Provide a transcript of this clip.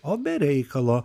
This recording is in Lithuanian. o be reikalo